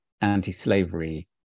anti-slavery